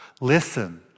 Listen